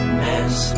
mess